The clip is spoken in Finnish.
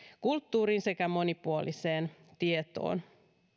kulttuuriin sekä monipuoliseen tietoon